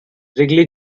wrigley